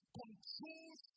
controls